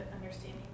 understanding